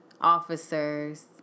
officers